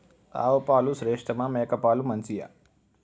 ఆవు పాలు శ్రేష్టమా మేక పాలు మంచియా?